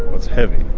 it's heavy,